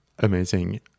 amazing